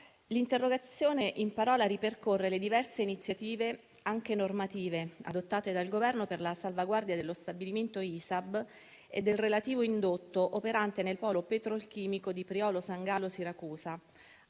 l'interrogazione in parola ripercorrere le diverse iniziative, anche normative, adottate dal Governo per la salvaguardia dello stabilimento ISAB e del relativo indotto operante nel polo petrolchimico di Priolo Gargallo (Siracusa),